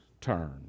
turn